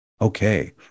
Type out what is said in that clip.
Okay